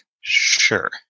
Sure